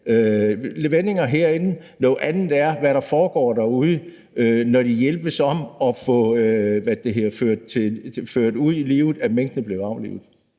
vendinger herinde, noget andet er, hvad der foregår derude, når de hjælpes om at få det, at minkene skulle aflives,